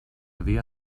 dia